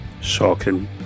Shocking